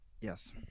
Yes